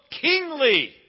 kingly